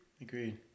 Agreed